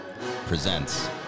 presents